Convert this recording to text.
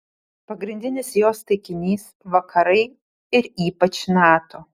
pagrindinis jos taikinys vakarai ir ypač nato